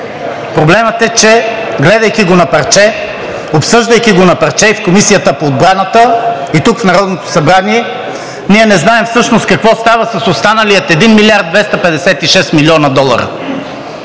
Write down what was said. Проблемът е, че гледайки го на парче, обсъждайки го на парче и в Комисията по отбраната, и тук в Народното събрание, ние не знаем всъщност какво става с останалите 1 млрд. 256 млн. долара.